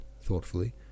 thoughtfully